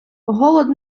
голод